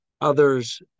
others